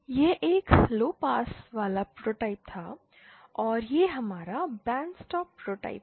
यह एक लोपास वाला प्रोटोटाइप था और यह हमारा बैंडस्टॉप प्रोटोटाइप है